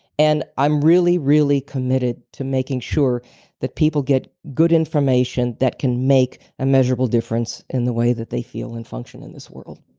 and i'm really, really committed to making sure that people get good information that can make a measurable difference in the way that they feel and function in this world